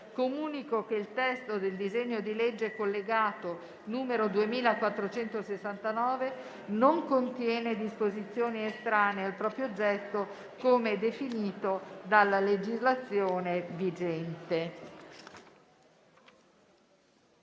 comunico che il testo del disegno di legge collegato n. 2469 non contiene disposizioni estranee al proprio oggetto, come definito dalla legislazione vigente.